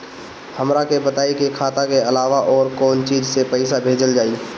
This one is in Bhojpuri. हमरा के बताई की खाता के अलावा और कौन चीज से पइसा भेजल जाई?